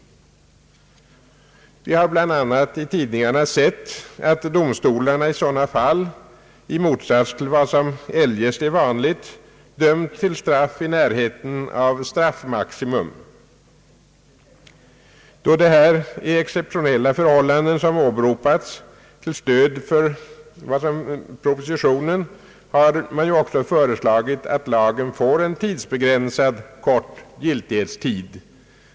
Vi har i tidningarna sett att domstolarna i sådana fall, i motsats till vad som eljest är vanligt, har dömt till straff i närheten av straffmaximum. Med hänsyn till de exceptionella förhållanden som har åberopats till stöd för förslaget i propositionen har också föreslagits att lagen skall få en tidsbegränsad, kort giltighetstid.